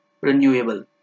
Renewable